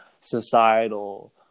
societal